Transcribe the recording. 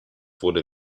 wurde